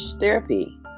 therapy